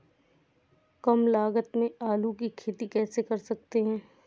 कम लागत में आलू की खेती कैसे कर सकता हूँ?